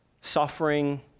suffering